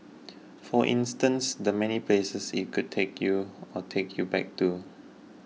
for instance the many places it could take you or take you back to